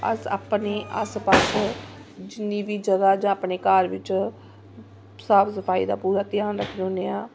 अस अपने आस्सै पास्सै जिन्नी बी जगह जां अपने घर बिच्च साफ सफाई दा पूरा ध्यान रक्खने होन्ने आं